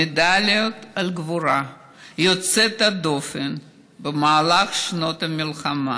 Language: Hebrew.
מדליות על הגבורה יוצאת הדופן במהלך שנות המלחמה.